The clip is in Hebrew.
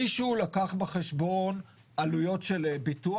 מישהו לקח בחשבון עלויות של ביטוח?